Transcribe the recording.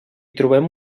trobem